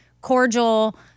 cordial